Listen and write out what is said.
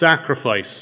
sacrifice